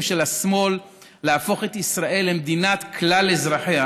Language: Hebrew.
של השמאל להפוך את ישראל למדינת כלל אזרחיה,